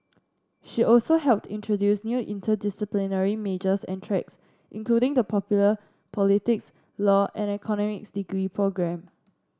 she also helped introduce new interdisciplinary majors and tracks including the popular politics law and economics degree programme